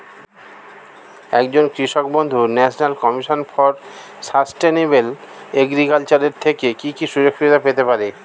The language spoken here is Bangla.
একজন কৃষক বন্ধু national commission for sustainable agriculture এর থেকে কি কি সুবিধা পেতে পারে?